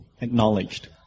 acknowledged